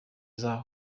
zabo